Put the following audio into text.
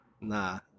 Nah